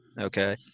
Okay